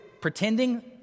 pretending